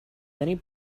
many